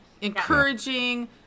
encouraging